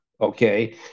okay